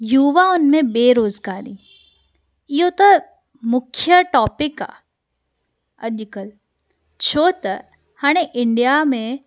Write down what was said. युवाउनि में बेरोज़गारी इओ त मुख्यु टॉपिक आहे अॼुकल्ह छो त हाणे इंडिया में